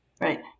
Right